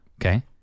Okay